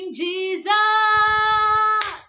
jesus